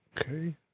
Okay